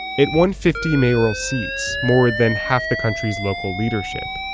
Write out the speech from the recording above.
it won fifty mayoral seats, more than half the country's local leadership.